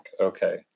Okay